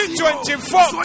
2024